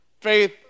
faith